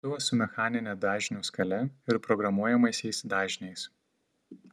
siųstuvas su mechanine dažnių skale ir programuojamaisiais dažniais